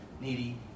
needy